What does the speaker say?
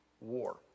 war